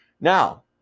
Now